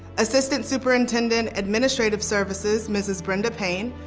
assistant superintendent administrative services. mrs. brenda payne.